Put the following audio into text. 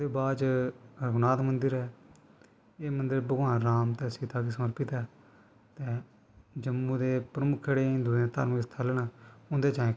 ओह्दे बाद च रघुनाथ मंदर ऐ एह् मंदर भगवान राम ते सीता गी समर्पत ऐ ते जम्मू दे प्रमुख हिंदुएं दे जेह्ड़े प्रमुख तीर्थ स्थल न उं'दे चा इक